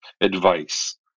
advice